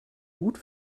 gut